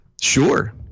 Sure